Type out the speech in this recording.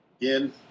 again